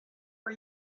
for